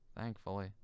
thankfully